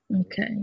okay